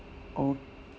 okay